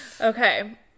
okay